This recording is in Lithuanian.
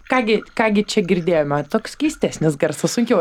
ką gi ką gi čia girdėjome toks keistesnis garsus sunkiau